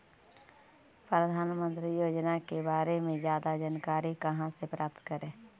प्रधानमंत्री योजना के बारे में जादा जानकारी कहा से प्राप्त करे?